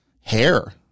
hair